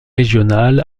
régional